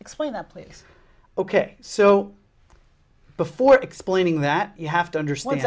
explain the place ok so before explaining that you have to understand